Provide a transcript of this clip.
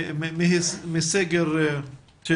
מהסגר.